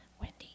Wendy